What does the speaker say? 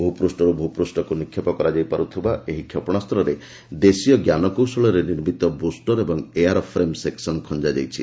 ଭୂପୃଷରୁ ଭୂପୃଷକୁ ନିକ୍ଷେପ କରାଯାଇପାରୁଥିବା ଏହି ବ୍ରହ୍ମସ କ୍ଷେପଣାସ୍ତ୍ରରେ ଦେଶୀୟ ଜ୍ଞାନକୌଶଳରେ ନିର୍ମିତ ବୃଷ୍ଟର ଓ ଏୟାର୍ ଫ୍ରେମ୍ ସେକ୍ସନ୍ ଖଞ୍ଜା ଯାଇଛି